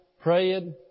praying